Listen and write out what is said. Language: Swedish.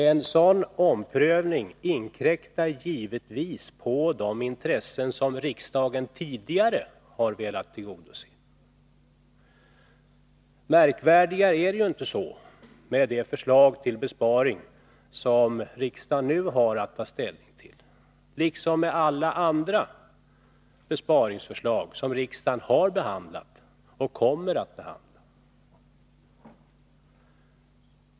En sådan omprövning inkräktar givetvis på de intressen som riksdagen tidigare har velat tillgodose. Märkvärdigare än så är det inte med det förslag till besparingar som riksdagen nu har att ta ställning till, liksom med alla andra besparingsförslag som riksdagen har behandlat och kommer att behandla.